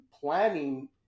planning